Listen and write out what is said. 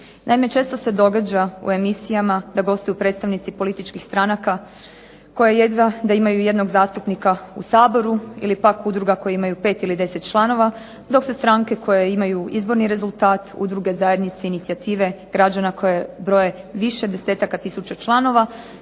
Naime, često se događa u emisijama da gostuju predstavnici političkih stranaka koje jedva da imaju jednog zastupnika u SAboru ili pak udruga koji imaju 5 ili 10 članova, dok se stranke koje imaju izborni rezultat udruge, zajednice, inicijative građana koje broje više desetaka tisuća članova